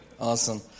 Awesome